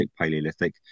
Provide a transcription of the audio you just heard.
Paleolithic